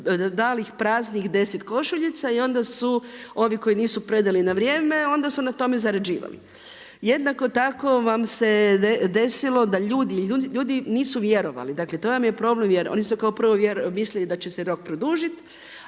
dali praznih deset košuljica i onda su ovi koji nisu predali na vrijem onda su na tome zarađivali. Jednako tako vam se desilo, ljudi nisu vjerovali, dakle to vam je problem … oni u kao prvo mislili da će se rok produžiti,